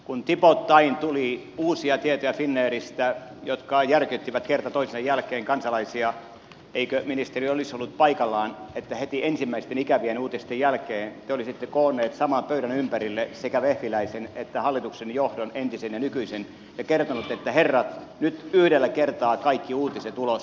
kun tipoittain tuli uusia tietoja finnairista jotka järkyttivät kerta toisensa jälkeen kansalaisia eikö ministeri olisi ollut paikallaan että heti ensimmäisten ikävien uutisten jälkeen te olisitte koonnut saman pöydän ympärille sekä vehviläisen että hallituksen johdon entisen ja nykyisen ja kertonut että herrat nyt yhdellä kertaa kaikki uutiset ulos